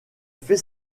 fait